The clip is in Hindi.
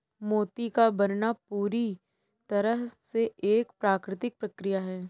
मोती का बनना पूरी तरह से एक प्राकृतिक प्रकिया है